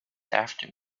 after